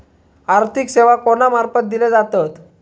आर्थिक सेवा कोणा मार्फत दिले जातत?